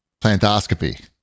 Plantoscopy